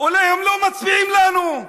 אולי הם לא מצביעים לנו,